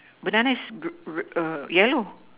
banana is ~ yellow